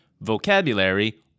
vocabulary